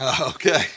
Okay